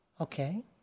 Okay